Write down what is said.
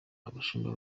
abashumba